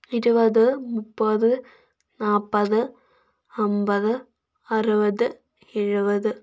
ഇരുപത് മുപ്പത് നാല്പത് അമ്പത് അറുപത് എഴുപത്